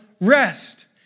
rest